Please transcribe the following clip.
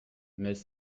mais